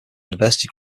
university